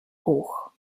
hoch